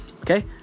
Okay